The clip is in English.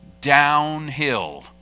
downhill